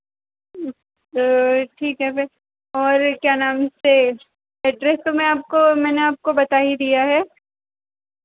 ठीक है फिर और क्या नाम से एड्रेस तो मैं आपको मैंने आपको बता ही दिया है